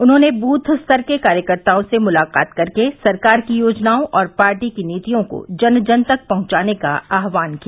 उन्होंने बूथ स्तर के कार्यकर्ताओं से मुलाकात कर सरकार की योजनाओं और पार्टी की नीतियों को जन जन तक पहुंचाने का आह्वान किया